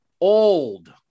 old